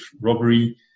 robbery